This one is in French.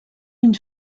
une